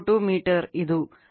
002 metre ಇದು